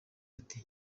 ati